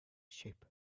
shape